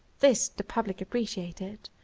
this the public appreciated,